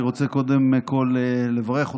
אני רוצה קודם כול לברך אותך,